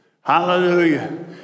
Hallelujah